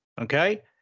Okay